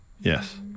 Yes